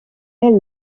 elle